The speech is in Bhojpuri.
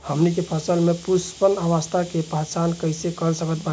हमनी के फसल में पुष्पन अवस्था के पहचान कइसे कर सकत बानी?